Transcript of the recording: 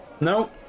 No